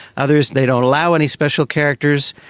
others they don't allow any special characters,